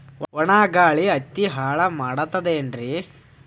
ಒಣಾ ಗಾಳಿ ಹತ್ತಿ ಹಾಳ ಮಾಡತದೇನ್ರಿ?